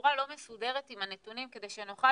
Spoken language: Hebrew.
בצורה לא מסודרת עם הנתונים כדי שנוכל